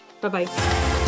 Bye-bye